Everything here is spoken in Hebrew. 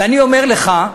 ואני אומר לך: